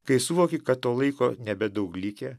kai suvoki kad to laiko nebedaug likę